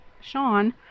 Sean